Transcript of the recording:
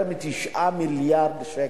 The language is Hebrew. יותר מ-9 מיליארד שקל.